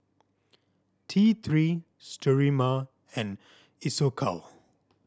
T Three Sterimar and Isocal